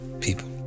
people